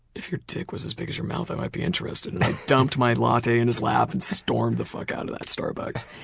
if your dick was as big as your mouth i might be interested, dumped my latte in his lap and stormed the fuck out of that starbucks.